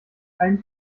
kein